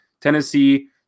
Tennessee